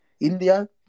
India